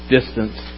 Distance